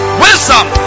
wisdom